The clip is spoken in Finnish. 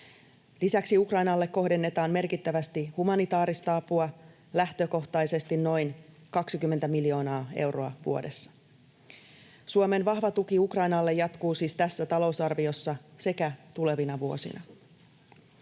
Lisäksi Ukrainalle kohdennetaan merkittävästi humanitaarista apua, lähtökohtaisesti noin 20 miljoonaa euroa vuodessa. Suomen vahva tuki Ukrainalle jatkuu siis tässä talousarviossa sekä tulevina vuosina.